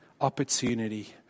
opportunity